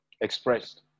expressed